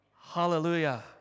Hallelujah